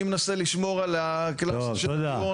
אני מנסה לשמור על הכללים של הדיון